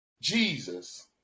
Jesus